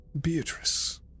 Beatrice